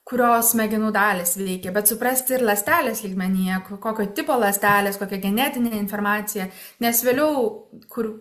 kurios smegenų dalys veikia bet suprasti ir ląstelės lygmenyje kokio tipo ląstelės kokia genetinė informacija nes vėliau kur